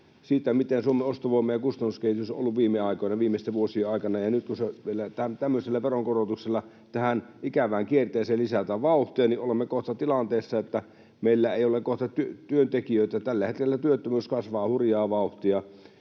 siitä, mitä Suomen ostovoima ja kustannuskehitys ovat olleet viime aikoina, viimeisten vuosien aikana, ja nyt, kun vielä tämmöisellä veronkorotuksella tähän ikävään kierteeseen lisätään vauhtia, olemme kohta tilanteessa, että meillä ei ole työntekijöitä. Tällä hetkellä työttömyys kasvaa hurjaa vauhtia.